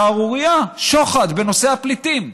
שערורייה, שוחד בנושא הפליטים.